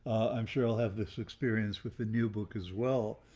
i'm sure i'll have this experience with the new book as well.